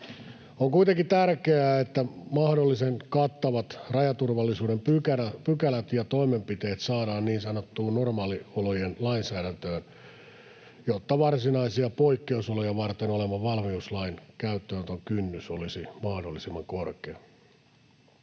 On kuitenkin tärkeää, että mahdollisimman kattavat rajaturvallisuuden pykälät ja toimenpiteet saadaan niin sanottuun normaaliolojen lainsäädäntöön, jotta varsinaisia poikkeusoloja varten olevan valmiuslain käyttöönoton kynnys olisi mahdollisimman korkea.